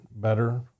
better